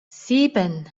sieben